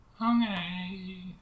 Okay